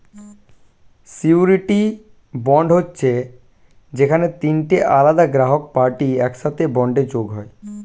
surety bond হচ্ছে যেখানে তিনটে আলাদা গ্রাহক পার্টি একসাথে বন্ডে যোগ হয়